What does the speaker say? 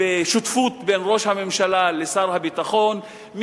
בשותפות בין ראש הממשלה לשר הביטחון,